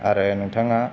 आरो नोंथाङा